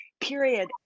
period